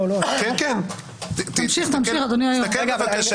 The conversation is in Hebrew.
הכנה לקריאה שנייה ושלישית.